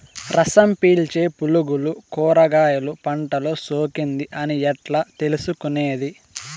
రసం పీల్చే పులుగులు కూరగాయలు పంటలో సోకింది అని ఎట్లా తెలుసుకునేది?